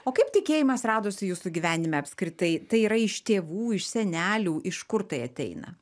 o kaip tikėjimas radosi jūsų gyvenime apskritai tai yra iš tėvų iš senelių iš kur tai ateina